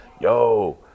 yo